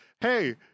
hey